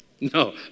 No